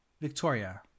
Victoria